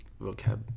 vocab